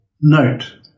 note